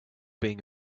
being